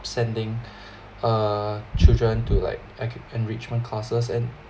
sending uh children to like e~ enrichment classes and